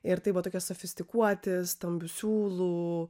ir tai buvo tokie sofistikuoti stambių siūlų